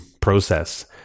process